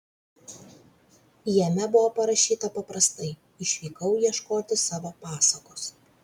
jame buvo parašyta paprastai išvykau ieškoti savo pasakos